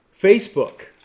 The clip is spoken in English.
Facebook